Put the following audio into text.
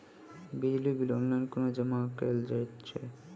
बिजली bill online कोना जमा कएल जाइत अछि?